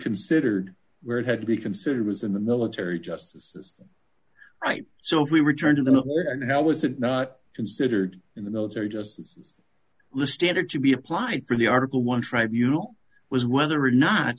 considered where it had to be considered was in the military justice system right so if we return to the war and how was it not considered in the military just as listed or to be applied for the article one tribunals was whether or not